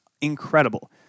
incredible